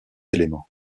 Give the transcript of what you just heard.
élément